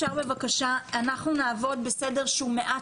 אנחנו נעבוד בסדר שהוא מעט